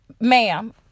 ma'am